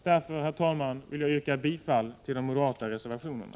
Därför vill jag, herr talman, yrka bifall till de moderata reservationerna.